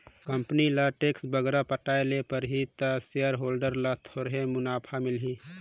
company ल tax बगरा पटाए ले परही ता सेयर होल्डर ल थोरहें मुनाफा मिलही